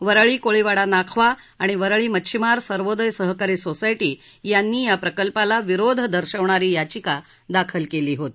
वरळी कोळीवाडा नाखवा आणि वरळी मच्छिमार सर्वोदय सहकारी सोसायटी यांनी या प्रकल्पाला विरोध दर्शवणारी याचिका दाखल केली होती